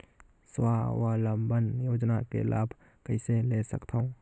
स्वावलंबन योजना के लाभ कइसे ले सकथव?